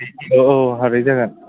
औ औ आदै जागोन